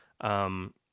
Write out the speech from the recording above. um-